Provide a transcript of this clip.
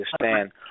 understand